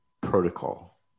protocol